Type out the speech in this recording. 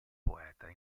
poeta